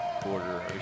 quarter